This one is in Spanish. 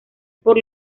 por